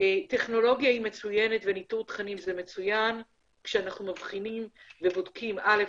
טכנולוגיה היא מצוינת וניטור תכנים זה מצוין כשאנחנו מבחינים ובודקים א.